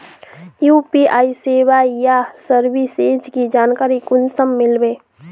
UPI सेवाएँ या services की जानकारी कुंसम मिलबे?